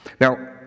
Now